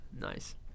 Nice